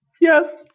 Yes